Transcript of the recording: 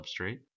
substrate